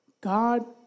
God